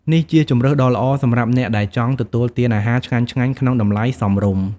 នេះជាជម្រើសដ៏ល្អសម្រាប់អ្នកដែលចង់ទទួលទានអាហារឆ្ងាញ់ៗក្នុងតម្លៃសមរម្យ។